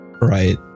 Right